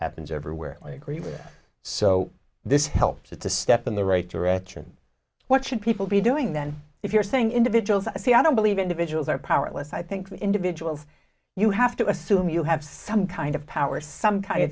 happens everywhere i agree with that so this helps it's a step in the right direction what should people be doing then if you're saying individuals see i don't believe individuals are powerless i think individuals you have to assume you have some kind of power some ki